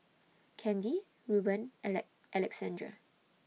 Kandy Ruben Alexandre